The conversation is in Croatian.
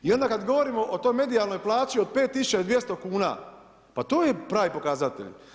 I onda kad govorimo o toj medijalnoj plaći od 5200 kuna, pa to je pravi pokazatelj.